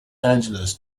angeles